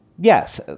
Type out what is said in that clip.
yes